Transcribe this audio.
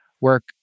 work